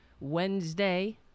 Wednesday